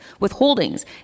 withholdings